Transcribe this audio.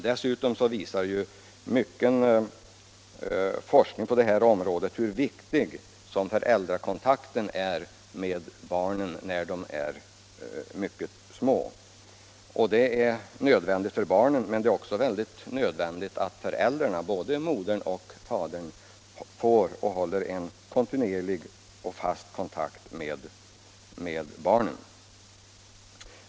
Dessutom visar mycken forskning på det här området hur viktig föräldrakontakten är för barn när de är riktigt små. Men det är också nödvändigt för föräldrarna — både modern och fadern — att kunna hålla en kontinuerlig, fast kontakt med barnen.